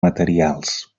materials